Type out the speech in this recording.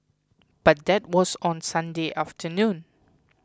but that was on Sunday afternoon